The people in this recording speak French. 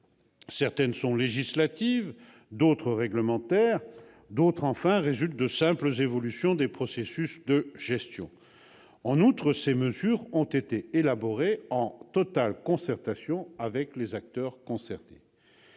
mesures sont législatives, d'autres réglementaires, d'autres enfin découlent de simples évolutions des processus de gestion. Toutes ont été élaborées en concertation totale avec les acteurs concernés.